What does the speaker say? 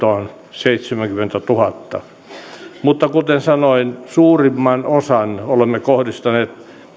kuluttajaliittoon seitsemänkymmentätuhatta mutta kuten sanoin suurimman osan olemme kohdistaneet